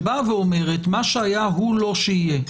שבאה ואומרת, מה שהיה הוא לא שיהיה.